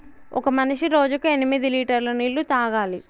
ఒక మనిషి రోజుకి ఎనిమిది లీటర్ల నీళ్లు తాగాలి